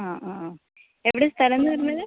ആ ആ എവിടെയാണ് സ്ഥലമെന്ന് പറഞ്ഞത്